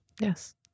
Yes